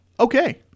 Okay